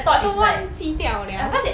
都忘记掉 liao